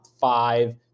five